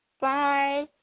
Bye